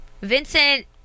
Vincent